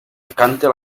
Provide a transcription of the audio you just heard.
cante